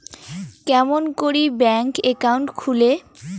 কেমন করি bank account খুলে?